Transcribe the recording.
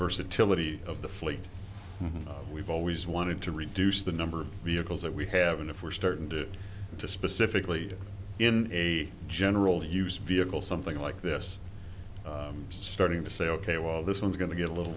versatility of the fleet we've always wanted to reduce the number of vehicles that we have and if we're started to specifically in a general use vehicle something like this i'm starting to say ok well this one's going to get a little